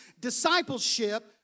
discipleship